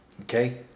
Okay